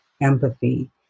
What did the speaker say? empathy